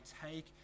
take